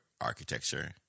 architecture